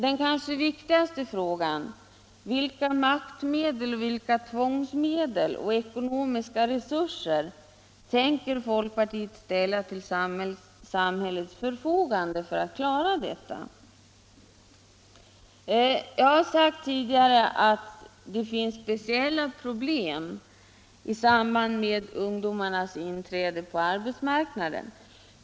Den kanske viktigaste frågan är: Vilka maktmedel, vilka tvångsmedel och ekonomiska resurser tänker folkpartiet ställa till samhällets förfogande för att klara detta? Jag har sagt tidigare att det finns speciella problem i samband med ungdomars inträde på arbetsmarknaden.